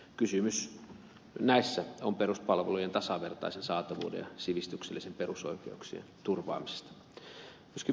kysymys näissä on peruspalvelujen tasavertaisen saatavuuden ja sivistyksellisten perusoikeuksien turvaamisesta